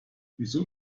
wieso